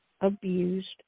abused